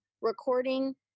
recording